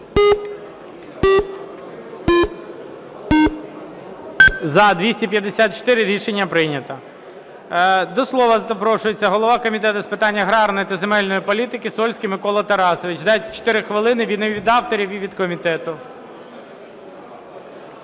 За-254 Рішення прийнято. До слова запрошується голова Комітету з питань аграрної та земельної політики Сольський Микола Тарасович. Дайте 4 хвилин, він і від авторів, і від комітету.